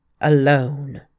alone